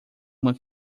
uma